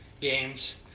games